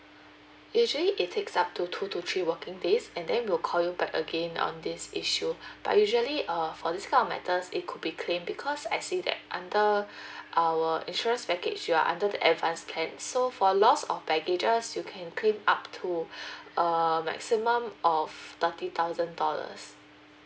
usually it takes up to two to three working days and then will call you back again on this issue but usually err for this kind of matters it could be claim because I see that under our insurance package you are under the advanced plan so for loss of baggages you can claim up to a maximum of thirty thousand dollars